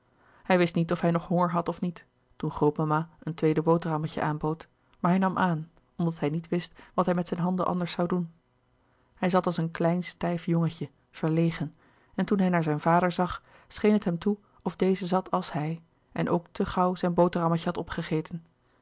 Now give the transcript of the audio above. hij wist niet of hij nog honger had of niet toen grootmama een tweede boterhammetje aanbood maar hij nam aan omdat hij niet wist wat hij met zijne handen anders zoû doen hij zat als een klein stijf jongentje verlegen en toen hij naar zijn vader zag scheen het hem toe of deze zat als hij en ook te gauw zijn boterhammetje had opgegeten